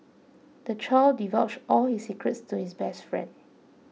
the child divulged all his secrets to his best friend